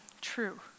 true